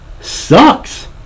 sucks